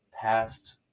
past